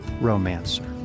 romancer